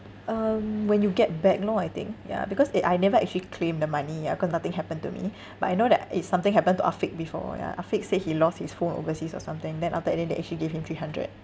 um when you get back lor I think ya because eh I never actually claim the money ya cause nothing happen to me but I know that it's something happen to afiq before ya afiq said he lost his phone overseas or something then after and then they actually gave him three hundred